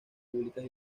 públicas